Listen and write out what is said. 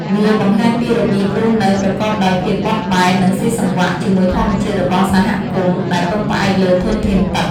វាបង្ហាញពីរបៀបរស់នៅប្រកបដោយភាពបត់បែន និងស៊ីសង្វាក់ជាមួយធម្មជាតិរបស់សហគមន៍ដែលពឹងផ្អែកលើធនធានទឹក។